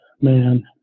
man